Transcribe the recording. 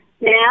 now